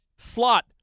Slot